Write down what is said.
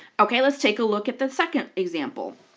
okay, let's take a look at the second example.